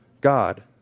God